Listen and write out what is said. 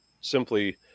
simply